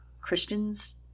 Christians